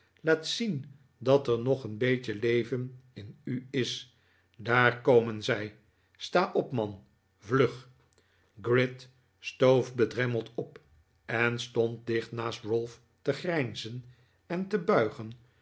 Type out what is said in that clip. laat zien dat er nog een beetje leven in u is daar komen zij sta op man vlug gride stoof bedremmeld op en stond dicht naast ralph te grijnzen en te buigen